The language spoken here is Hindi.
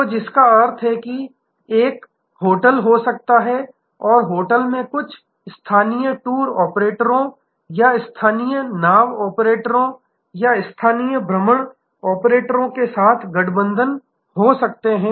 तो जिसका अर्थ है कि एक होटल हो सकता है और होटल में कुछ स्थानीय टूर ऑपरेटरों या स्थानीय नाव ऑपरेटरों या स्थानीय भ्रमण ऑपरेटरों के साथ गठबंधन हो सकते है